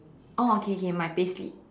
oh okay okay my payslip